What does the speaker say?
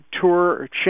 Tour